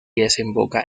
desemboca